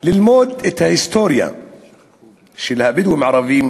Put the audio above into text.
ללמוד את ההיסטוריה של הבדואים הערבים,